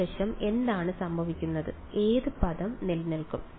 ഇടത് വശം എന്താണ് സംഭവിക്കുന്നത് ഏത് പദം നിലനിൽക്കും